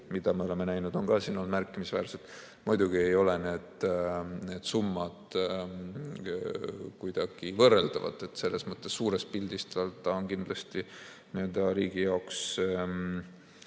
mida me oleme näinud, on olnud märkimisväärselt. Muidugi ei ole need summad kuidagi võrreldavad. Selles mõttes suures pildis võttes ta on kindlasti riigi jaoks